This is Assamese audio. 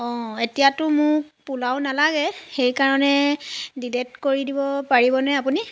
অঁ এতিয়াতো মোক পোলাও নালাগে সেইকাৰণে ডিলিট কৰি দিব পাৰিবনে আপুনি